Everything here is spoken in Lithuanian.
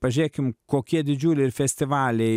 pažiūrėkim kokie didžiuliai ir festivaliai